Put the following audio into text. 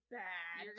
bad